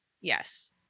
yes